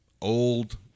old